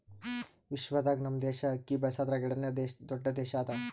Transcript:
ವಿಶ್ವದಾಗ್ ನಮ್ ದೇಶ ಅಕ್ಕಿ ಬೆಳಸದ್ರಾಗ್ ಎರಡನೇ ದೊಡ್ಡ ದೇಶ ಅದಾ